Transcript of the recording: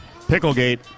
Picklegate